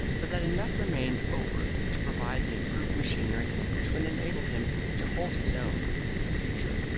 but that enough remained over to provide the improved machinery which would enable him to hold his own for the future.